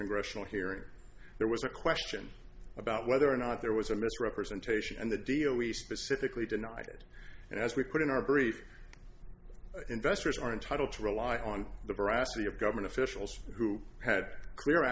congressional hearings there was a question about whether or not there was a misrepresentation and the deal we specifically denied it and as we put in our brief investors are entitled to rely on the veracity of government officials who had clear